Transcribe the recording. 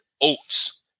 oats